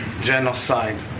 genocide